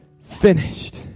finished